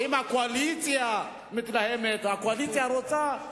שאם הקואליציה מתלהמת או הקואליציה רוצה,